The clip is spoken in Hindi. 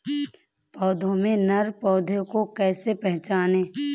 पौधों में नर पौधे को कैसे पहचानें?